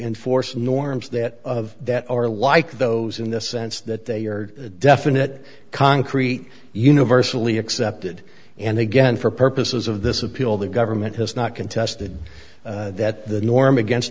enforce norms that that are like those in the sense that they are definite concrete universally accepted and again for purposes of this appeal the government has not contested that the norm against